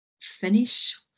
finish